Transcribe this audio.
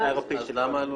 אז למה לא